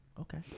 okay